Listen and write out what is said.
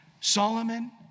Solomon